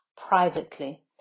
privately